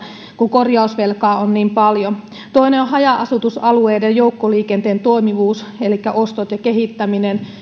kun korjausvelkaa on niin paljon toinen on haja asutusalueiden joukkoliikenteen toimivuus elikkä ostot ja kehittäminen